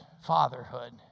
fatherhood